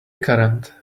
current